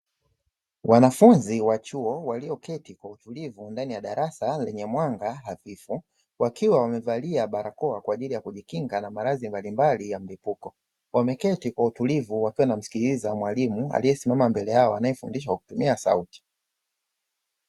Wanafunzi wa chuo walioketi, wakiwa wamevalia barakoa kwa ajili ya kujikinga na maradhi mbalimbali ya mlipuko, wameketi kwa utulivu wakiwa na msikiliza mwalimu aliyesimama mbele yao anayefundisha kwa kutumia sauti.